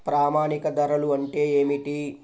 ప్రామాణిక ధరలు అంటే ఏమిటీ?